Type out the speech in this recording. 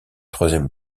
troisième